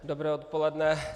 Dobré odpoledne.